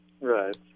Right